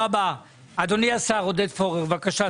אדוני שר החקלאות, בבקשה.